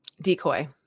decoy